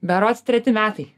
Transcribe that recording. berods treti metai